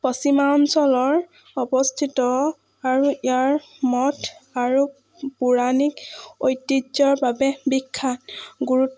পশ্চিমা অঞ্চলৰ অৱস্থিত আৰু ইয়াৰ মঠ আৰু পৌৰাণিক ঐতিহ্যৰ বাবে বিখ্যাত গুৰুত্ব